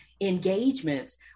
engagements